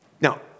Now